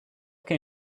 can